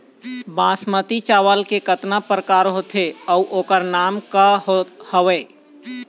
बासमती चावल के कतना प्रकार होथे अउ ओकर नाम क हवे?